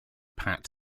pat